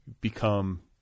become